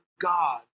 God